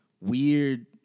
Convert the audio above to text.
weird